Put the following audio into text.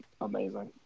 amazing